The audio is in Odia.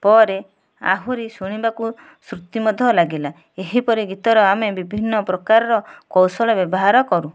ପରେ ଆହୁରି ଶୁଣିବାକୁ ସୃତି ମଧ୍ୟ ଲାଗିଲା ଏହିପରି ଗୀତର ଆମେ ବିଭିନ୍ନ ପ୍ରକାର କୌଶଳ ବ୍ୟବହାର କରୁ